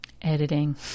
editing